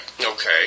okay